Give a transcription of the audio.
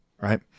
right